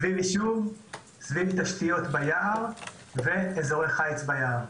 סביב יישוב, סביב תשתיות ביער ואזורי חיץ ביער.